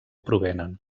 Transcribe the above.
provenen